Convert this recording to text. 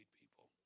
people